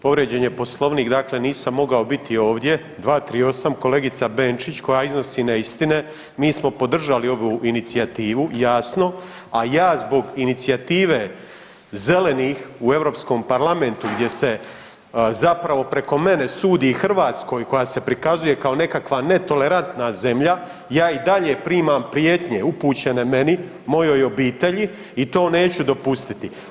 Povrijeđen je Poslovnik, dakle nisam mogao biti ovdje, 238. kolegica Benčić koja iznosi neistine, mi smo podržali ovu inicijativu jasno, a ja zbog inicijative zelenih u Europskom parlamentu gdje se zapravo preko mene sudi Hrvatskoj koja se prikazuje kao nekakva netolerantna zemlja ja i dalje primam prijetnje, upućene meni, mojoj obitelji i to neću dopustiti.